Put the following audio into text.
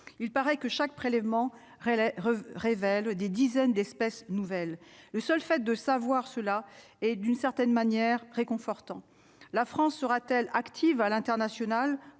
il paraît que chaque prélèvement réel révèle des dizaines d'espèces nouvelles, le seul fait de savoir cela et d'une certaine manière réconfortant : la France sera-t-elle actives à l'international